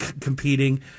competing